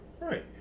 Right